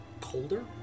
colder